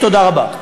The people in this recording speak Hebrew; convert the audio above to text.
תודה רבה.